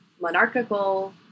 monarchical